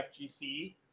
FGC